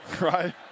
right